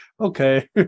okay